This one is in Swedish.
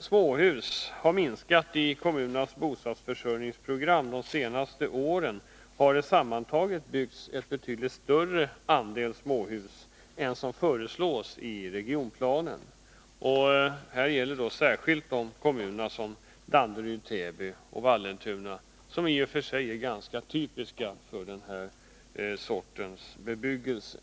småhus har minskat i kommunernas bostadsförsörjningsprogram de senaste åren, har det sammantaget byggts en betydligt större andel småhus än vad som föreslås i regionplanen. Särskilt gäller det kommuner som Danderyd, Täby och Vallentuna, vilka i och för sig är ganska typiska för den här sortens bebyggelse.